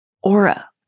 aura